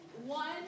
one